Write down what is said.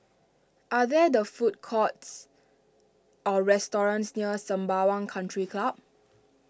are there the food courts or restaurants near Sembawang Country Club